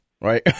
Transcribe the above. Right